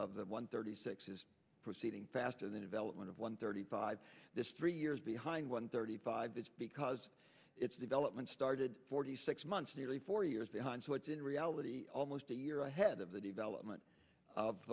of that one thirty six is proceeding faster than development of one thirty five this three years behind one thirty five is because its development started forty six months nearly four years behind so it's in reality almost a year ahead of the development of